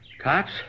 Cops